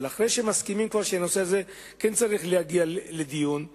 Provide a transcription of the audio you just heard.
אבל אחרי שמסכימים כבר שהנושא הזה כן צריך להגיע לדיון,